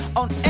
on